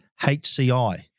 HCI